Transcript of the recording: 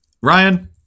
Ryan